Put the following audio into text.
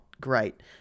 great